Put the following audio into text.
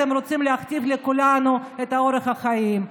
אתם רוצים להכתיב לכולנו את אורח החיים.